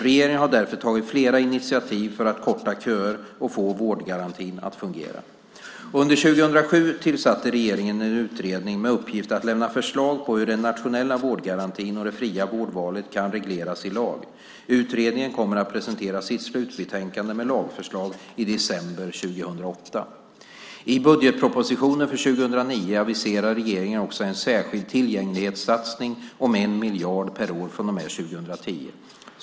Regeringen har därför tagit flera initiativ för att korta köer och få vårdgarantin att fungera. Under 2007 tillsatte regeringen en utredning med uppgift att lämna förslag på hur den nationella vårdgarantin och det fria vårdvalet kan regleras i lag. Utredningen kommer att presentera sitt slutbetänkande med lagförslag i december 2008. I budgetpropositionen för 2009 aviserar regeringen också en särskild tillgänglighetssatsning om 1 miljard kronor per år från och med 2010.